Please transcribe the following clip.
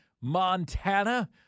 Montana